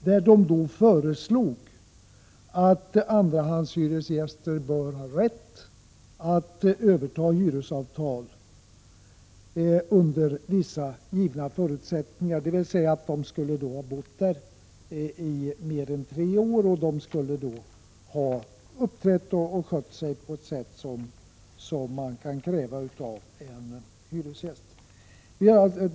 Utredningen föreslog att andrahandshyresgäster skall ha rätt att överta hyresavtalet under vissa givna förutsättningar, dvs. de skall ha bott där mer än tre år och de skall ha uppträtt och skött sig på ett sätt som man kan kräva av en hyresgäst.